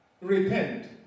Repent